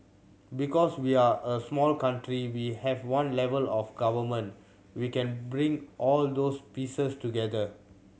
because we're a small country we have one level of Government we can bring all those pieces together